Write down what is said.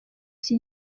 iki